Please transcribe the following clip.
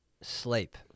Sleep